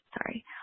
Sorry